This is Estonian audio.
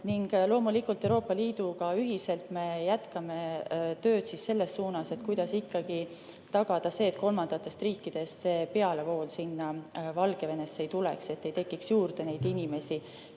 Loomulikult, Euroopa Liiduga ühiselt me jätkame tööd selles suunas, kuidas ikkagi tagada see, et kolmandatest riikidest pealevoolu Valgevenesse ei tuleks, et ei tekiks juurde neid inimesi,